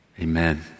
Amen